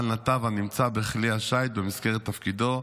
על נתב הנמצא בכלי השיט במסגרת תפקידו,